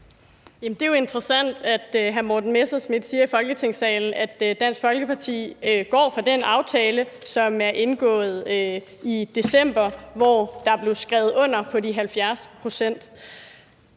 det er jo interessant, at hr. Morten Messerschmidt siger i Folketingssalen, at Dansk Folkeparti går fra den aftale, som er indgået i december, hvor der blev skrevet under på de 70 pct.